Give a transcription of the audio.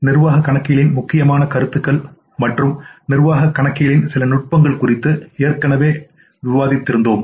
நிர்வாக கணக்கியலின் முக்கியமான கருத்துக்கள் மற்றும் நிர்வாக கணக்கியலின் சில நுட்பங்கள் குறித்து ஏற்கனவே விவாதித்தோம்